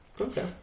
Okay